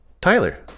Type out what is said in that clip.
Tyler